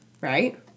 right